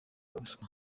ruswa